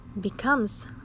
becomes